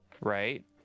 right